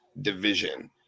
division